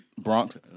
Bronx